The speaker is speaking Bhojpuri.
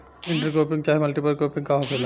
इंटर क्रोपिंग चाहे मल्टीपल क्रोपिंग का होखेला?